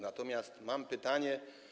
Natomiast mam pytanie.